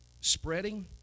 spreading